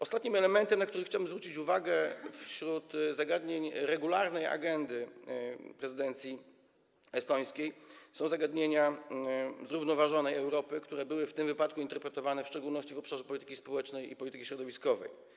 Ostatnim elementem, na który chciałbym zwrócić uwagę, wśród zagadnień regularnej agendy prezydencji estońskiej są zagadnienia zrównoważonej Europy, które były w tym wypadku interpretowane w szczególności w obszarze polityki społecznej i polityki środowiskowej.